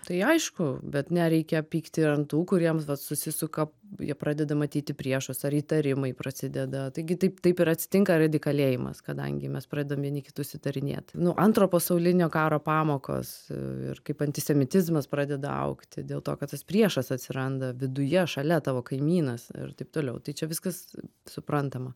tai aišku bet nereikia pykti ant tų kuriems vat susisuka jie pradeda matyti priešus ar įtarimai prasideda taigi taip taip ir atsitinka radikalėjimas kadangi mes pradedam vieni kitus įtarinėti nu antro pasaulinio karo pamokos ir kaip antisemitizmas pradeda augti dėl to kad tas priešas atsiranda viduje šalia tavo kaimynas ir taip toliau tai čia viskas suprantama